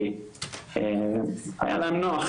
כי היה להם נוח,